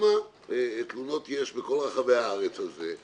כמה תלונות יש בכל רחבי הארץ על זה,